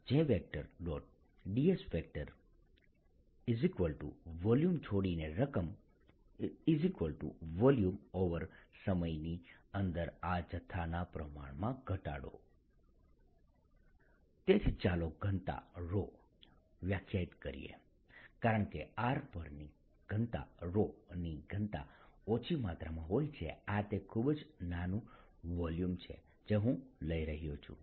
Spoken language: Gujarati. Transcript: dsવોલ્યુમ છોડીને રકમવોલ્યુમ સમયની અંદર આ જથ્થાના પ્રમાણમાં ઘટાડો તેથી ચાલો ઘનતા ρ વ્યાખ્યાયિત કરીએ કારણ કે r પરની ઘનતા ρ ની ઘનતા ઓછી માત્રામાં હોય છે આ તે ખૂબ જ નાનું વોલ્યુમ છે જે હું લઈ રહ્યો છું